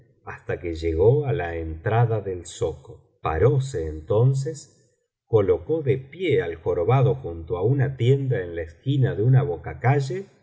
hasta que llegó á la entrada del zoco paróse entonces colocó de pie al jorobado junto á una tienda en la esquina de una